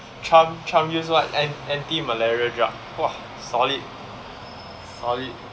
trump trump use what an anti malaria drug !wah! solid solid